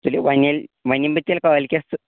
تُلِو وۄنۍ ییٚلہِ وۄنۍ یِمہٕ بہٕ تیٚلہِ کٲلۍ کٮ۪تھہٕ